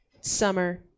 summer